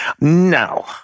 No